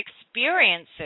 experiences